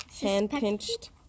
hand-pinched